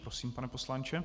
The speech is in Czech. Prosím, pane poslanče.